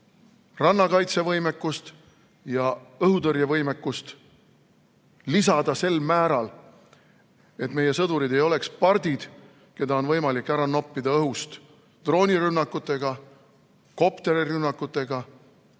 rannakaitsevõimekust ja õhutõrjevõimekust, lisada sel määral, et meie sõdurid ei oleks pardid, keda on võimalik ära noppida õhust droonirünnakutega, kopterirünnakutega,